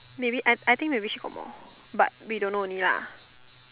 really I I think we wish got more but we don't know only lah